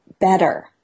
better